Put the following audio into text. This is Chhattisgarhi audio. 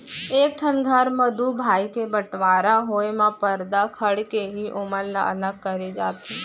एक ठन घर म दू भाई के बँटवारा होय म परदा खंड़ के ही ओमन ल अलग करे जाथे